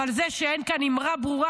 אבל זה שאין כאן אמירה ברורה,